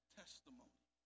testimony